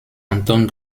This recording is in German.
anton